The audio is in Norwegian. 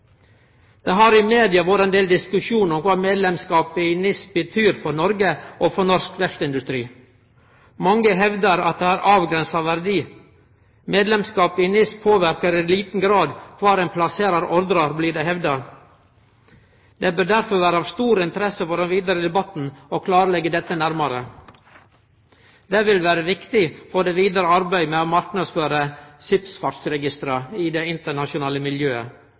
Det har i media vore ein del diskusjon om kva medlemskap i NIS betyr for Noreg og for norsk verftsindustri. Mange hevdar at det har avgrensa verdi. Medlemskap i NIS påverkar i liten grad kvar ein plasserer ordrar, blir det hevda. Det bør derfor vere av stor interesse for den vidare debatten å kartleggje dette nærare. Det vil vere viktig for det vidare arbeidet med å marknadsføre skipsfartsregistra i det internasjonale miljøet.